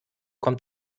kommt